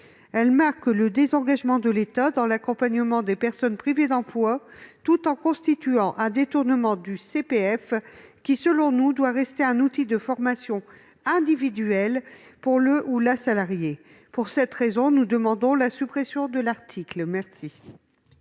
Elle marque le désengagement de l'État dans l'accompagnement des personnes privées d'emploi, tout en constituant un détournement du CPF, lequel doit rester, selon nous, un outil de formation individuelle pour le salarié. Pour cette raison, nous demandons la suppression de l'article. Quel